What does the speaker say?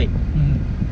mmhmm